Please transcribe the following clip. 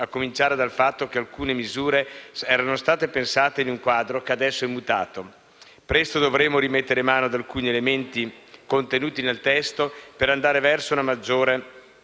a cominciare dal fatto che alcune misure erano state pensate in un quadro che adesso è mutato. Presto dovremo rimettere mano ad alcuni elementi contenuti nel testo per andare verso una maggiore